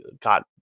got